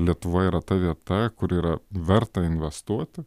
lietuva yra ta vieta kur yra verta investuoti